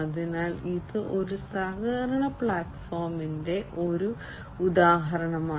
അതിനാൽ ഇത് ഒരു സഹകരണ പ്ലാറ്റ്ഫോമിന്റെ ഒരു ഉദാഹരണമാണ്